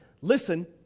Listen